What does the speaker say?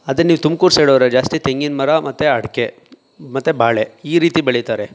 ಅದೇ ನೀವು ತುಮ್ಕೂರು ಸೈಡ್ ಹೋದ್ರೆ ಜಾಸ್ತಿ ತೆಂಗಿನ ಮರ ಮತ್ತು ಅಡಿಕೆ ಮತ್ತೆ ಬಾಳೆ ಈ ರೀತಿ ಬೆಳೀತಾರೆ